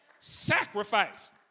Sacrifice